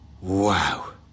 wow